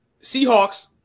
Seahawks